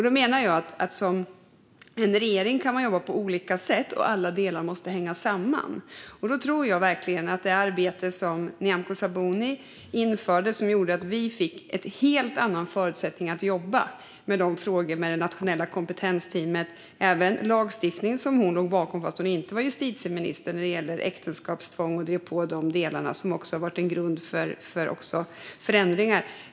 I en regering kan man jobba på olika sätt, men alla delar måste hänga samman. Det arbete som Nyamko Sabuni införde gjorde att vi fick helt andra förutsättningar att jobba med det nationella kompetensteamet. Trots att hon inte var justitieminister stod hon även bakom lagstiftningen om äktenskapstvång, vilket har varit en grund för förändringar.